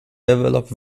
develop